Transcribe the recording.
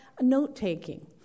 note-taking